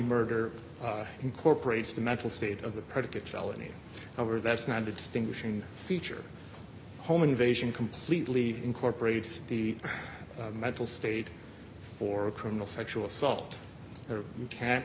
murder incorporates the mental state of the predicate felony over that's not a distinguishing feature home invasion completely incorporates the mental state for a criminal sexual assault you can